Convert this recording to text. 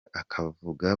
akavuga